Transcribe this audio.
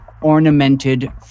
ornamented